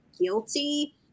guilty